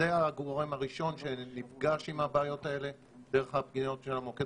זה הגורם הראשון שנפגש עם הבעיות האלה דרך הפניות של המוקד